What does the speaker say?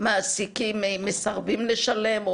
מעסיקים מסרבים לשלם,